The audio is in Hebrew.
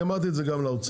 אמרתי את זה גם לאוצר.